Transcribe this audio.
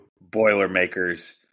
Boilermakers